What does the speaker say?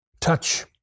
touch